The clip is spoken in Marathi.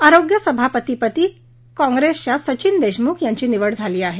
आरोग्य सभापतीपदी काँप्रेसच्या सचिन देशमुख यांची निवड झाली आहे